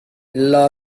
நல்ல